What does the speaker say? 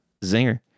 Zinger